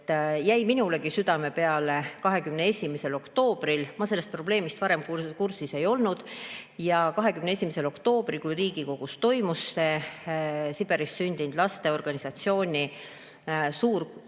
jäi minulegi see südame peale 21. oktoobril – ma selle probleemiga varem kursis ei olnud. 21. oktoobril toimus Riigikogus Siberis sündinud laste organisatsiooni suur